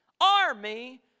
Army